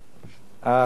החוק הזה הוא חוק טוב,